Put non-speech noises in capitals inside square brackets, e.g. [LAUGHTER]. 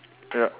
yup [NOISE]